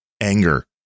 anger